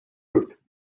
ruth